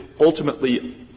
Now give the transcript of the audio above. ultimately